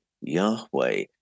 Yahweh